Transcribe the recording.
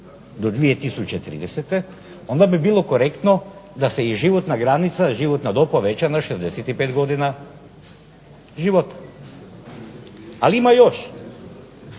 do 2030., onda bi bilo korektno da se i životna granica, životna dob poveća na 65 godina života. Ali ima još.